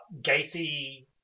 Gacy